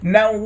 Now